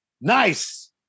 Nice